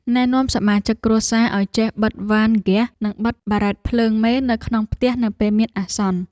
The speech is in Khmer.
ណែនាំសមាជិកគ្រួសារឱ្យចេះបិទវ៉ានហ្គាសនិងបិទបារ៉ែតភ្លើងមេនៅក្នុងផ្ទះនៅពេលមានអាសន្ន។